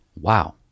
Wow